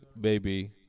baby